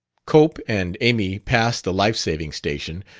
cope and amy passed the life-saving station,